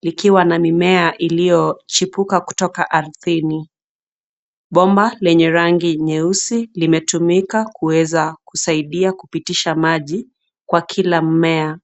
ikiwa na mimea iliyochipuka kutoka ardhini. Bomba lenye rangi nyeusi limetumika kuweza kusaidia kupitisha maji kwa kila mmea.